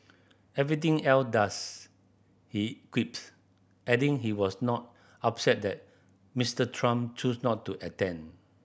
everything else does he quips adding he was not upset that Mister Trump choose not to attend